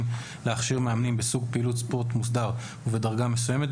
להכשיר מאמנים בסוג פעילות ספורט מוסדר ובדרגה מסוימת,